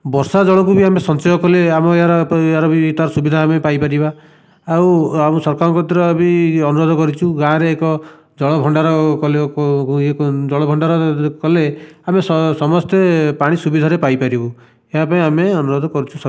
ବର୍ଷା ଜଳକୁ ବି ଆମେ ସଞ୍ଚୟ କଲେ ଆମେ ଏହାର ଏହାର ବି ତା' ସୁବିଧା ଆମେ ପାଇପାରିବା ଆଉ ଆମ ସରକାରଙ୍କତିରେ ବି ଅନୁରୋଧ କରିଛୁ ଗାଁରେ ଏକ ଜଳଭଣ୍ଡାର ଜଳଭଣ୍ଡାର କଲେ ଆମେ ସମସ୍ତେ ପାଣି ସୁବିଧାରେ ପାଇ ପାରିବୁ ଏହା ପାଇଁ ଆମେ ଅନୁରୋଧ କରୁଛୁ ସ